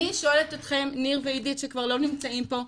אני שואלת אתכם, ניר ועידית שכבר לא נמצאים פה,